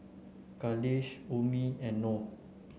Khalish Ummi and Noh